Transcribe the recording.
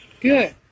good